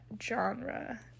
genre